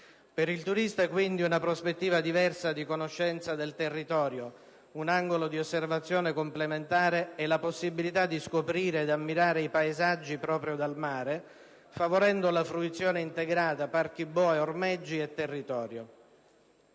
Per il turista, quindi, una prospettiva diversa di conoscenza del territorio, un angolo di osservazione complementare e la possibilità di scoprire ed ammirare i paesaggi proprio dal mare, favorendo la fruizione integrata parchi boe-ormeggi e territorio.